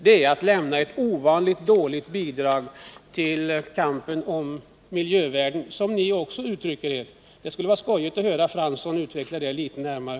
Det är att lämna ett ovanligt dåligt bidrag till kampen om miljövärden, ett uttryck som också ni använder. Det skulle vara roligt att höra Jan Fransson utveckla detta litet närmare.